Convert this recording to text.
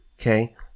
okay